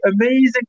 amazing